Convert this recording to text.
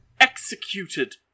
executed